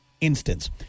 instance